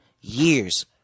years